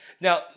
Now